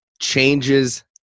changes